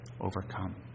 overcome